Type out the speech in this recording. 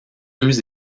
deux